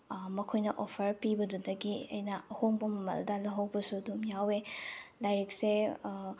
ꯃꯈꯣꯏꯅ ꯑꯣꯐꯔ ꯄꯤꯕꯗꯨꯗꯒꯤ ꯑꯩꯅ ꯑꯍꯣꯡꯕ ꯃꯃꯟꯗ ꯂꯍꯧꯕꯁꯨ ꯑꯗꯨꯝ ꯌꯥꯎꯏ ꯂꯥꯏꯔꯤꯛꯁꯦ